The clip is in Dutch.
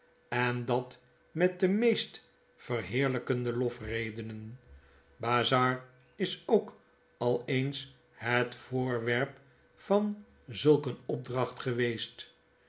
en dat met de meest verheerlykende lofredenen bazzard is ook al eens het voorwerp van zulk een opdracht geweest